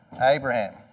Abraham